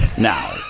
now